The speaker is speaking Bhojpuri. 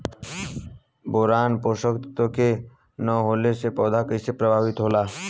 बोरान पोषक तत्व के न होला से पौधा कईसे प्रभावित होला?